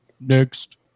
Next